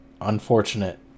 unfortunate